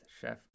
chef